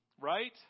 Right